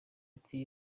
ati